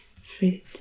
fruit